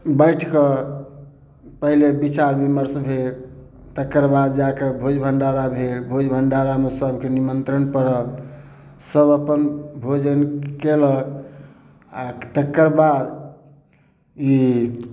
बाँटि कऽ पहिले बिचार बिमर्श भेल तकर बाद जाय कऽ भोज भंडारा भेल भोज भंडारामे सबके निमन्त्रण पड़ल सब अपन भोजन केलक आ तकर बाद ई